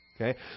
Okay